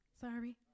sorry